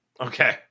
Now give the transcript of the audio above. Okay